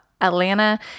atlanta